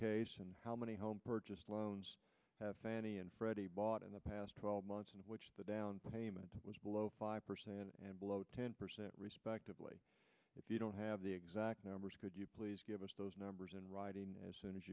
case and how many home purchase loans have fannie and freddie bought in the past twelve months in which the down payment was below five percent and below ten percent respectively if you don't have the exact numbers could you please give us those numbers in writing as soon as